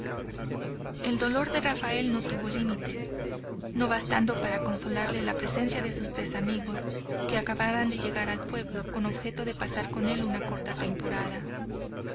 el dolor de rafael no tuvo límites no bastando para consolarle la presencia de sus tres amigos que acababan de llegar al pueblo con objeto de pasar con él una corta temporada